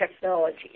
technology